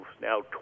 now